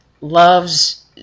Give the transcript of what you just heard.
loves